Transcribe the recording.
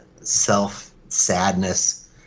self-sadness